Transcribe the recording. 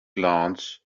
glance